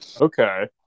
Okay